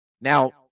Now